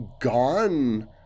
gone